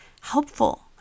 helpful